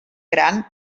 gran